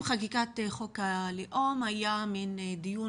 עם חקיקת חוק הלאום היה מן דיון,